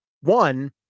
One